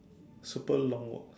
super long walk